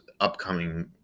upcoming